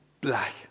black